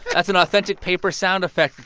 that's an authentic paper sound effect,